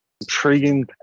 intriguing